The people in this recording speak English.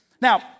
Now